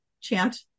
chant